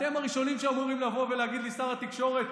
אתם הראשונים שאמורים לבוא ולהגיד לי: שר התקשורת,